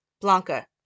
Blanca